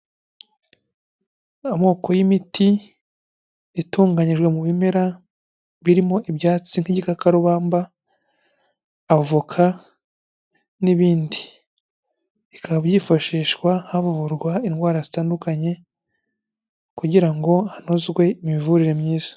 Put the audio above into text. Amoko y'imiti itunganyijwe mu bimera birimo ibyatsi nk'igikarubamba avoka, n'ibindi bikaba byifashishwa habohorwa indwara zitandukanye kugira ngo hanozwe imivurire myiza.